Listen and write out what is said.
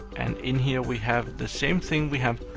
and in here, we have the same thing. we have